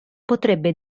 potrebbe